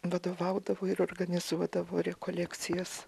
vadovaudavo ir organizuodavo rekolekcijas